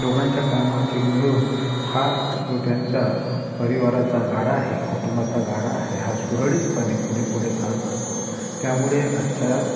दोघांच्या कामाचे मिळून हा जो त्यांच्या परिवाराचा गाडा आहे कुटुंबाचा गाडा आहे हा सुरळीतपणे पुढे पुढे जात असतो त्यामुळे आजच्या